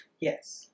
Yes